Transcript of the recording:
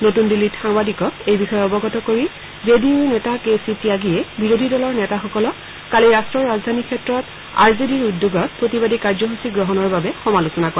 নতুন দিল্লীত সাংবাদিকক এই বিষয়ে অৱগত কৰি জে ডি ইউৰ নেতা কে চি ত্যাগীয়ে বিৰোধী দলৰ নেতাসকলক কালি ৰাট্টৰ ৰাজধানী ক্ষেত্ৰত আৰ জে ডিৰ উদ্যোগত প্ৰতিবাদী কাৰ্যসূচী গ্ৰহণৰ বাবে সমালোচনা কৰে